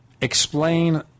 explain